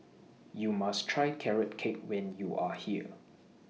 YOU must Try Carrot Cake when YOU Are here